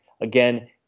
again